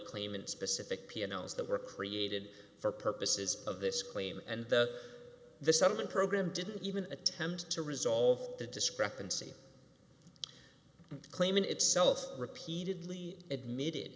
claimant specific pianos that were created for purposes of this claim and the the settlement program didn't even attempt to resolve the discrepancy klayman itself repeatedly admitted